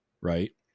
right